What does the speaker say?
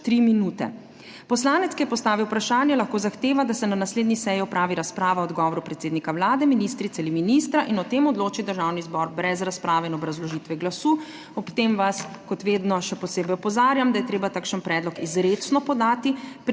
minute. Poslanec, ki je postavil vprašanje, lahko zahteva, da se na naslednji seji opravi razprava o odgovoru predsednika Vlade, ministrice ali ministra in o tem odloči Državni zbor brez razprave in obrazložitve glasu. Ob tem vas kot vedno še posebej opozarjam, da je treba takšen predlog izrecno podati,